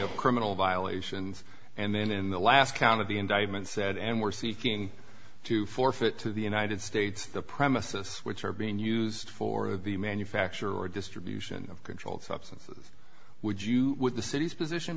of criminal violations and then in the last count of the indictment said and were seeking to forfeit to the united states the premises which are being used for the manufacture or distribution of controlled substances would you with the city's position